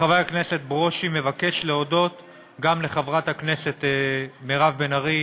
חבר הכנסת ברושי מבקש להודות גם לחברת הכנסת מירב בן ארי,